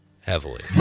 heavily